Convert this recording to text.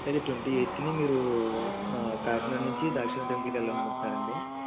అయితే ట్వంటీ ఎయిత్న మీరు కాకినాడ నుంచి దక్షారామం టెంపుల్కి వెళ్లాలనుకుంటున్నారండి